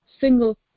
single